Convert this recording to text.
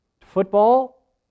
football